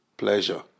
pleasure